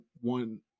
one